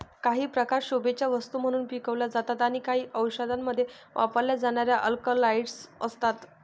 काही प्रकार शोभेच्या वस्तू म्हणून पिकवले जातात आणि काही औषधांमध्ये वापरल्या जाणाऱ्या अल्कलॉइड्स असतात